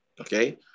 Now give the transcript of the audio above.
Okay